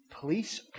police